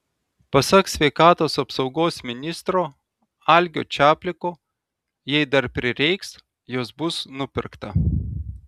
pasak sveikatos apsaugos ministro algio čapliko jei dar prireiks jos bus nupirkta